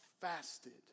fasted